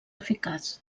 eficaç